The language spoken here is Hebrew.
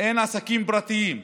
אין עסקים פרטיים.